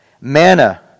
Manna